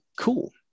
cool